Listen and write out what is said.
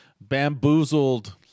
bamboozled